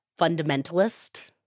fundamentalist